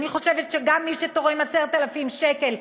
אני חושבת שגם מי שתורם 10,000 שקל,